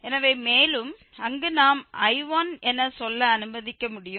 எனவே மேலும் அங்கு நாம் I1 என சொல்ல அனுமதிக்க முடியும்